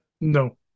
No